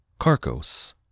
Carcos